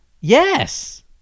Yes